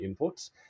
inputs